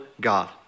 God